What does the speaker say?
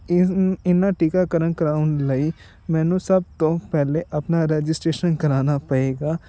ਇਸ ਇਹਨਾਂ ਟੀਕਾਕਰਨ ਕਰਵਾਉਣ ਲਈ ਮੈਨੂੰ ਸਭ ਤੋਂ ਪਹਿਲਾਂ ਆਪਣਾ ਰਜਿਸਟਰੇਸ਼ਨ ਕਰਵਾਉਣਾ ਪਵੇਗਾ